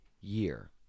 year